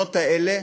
המכונות האלה